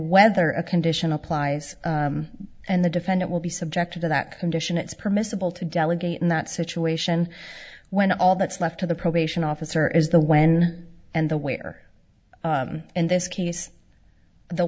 whether a condition applies and the defendant will be subjected to that condition it's permissible to delegate in that situation when all that's left to the probation officer is the when and the where in this case the